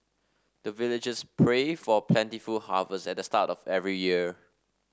the villagers pray for plentiful harvest at the start of every year